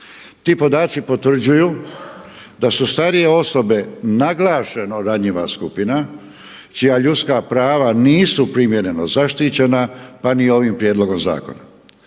Ti podaci potvrđuju da su starije osobe naglašeno ranjiva skupina čija ljudska prava nisu primjereno zaštićena pa ni ovim prijedlogom zakona.